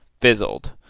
fizzled